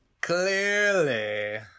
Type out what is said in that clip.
Clearly